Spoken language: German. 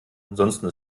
ansonsten